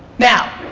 now,